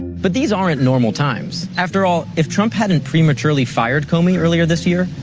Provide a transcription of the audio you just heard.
but these aren't normal times after all, if trump hadn't prematurely fired comey earlier this year,